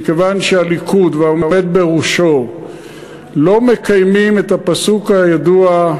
מכיוון שהליכוד והעומד בראשו לא מקיימים את הפסוק הידוע,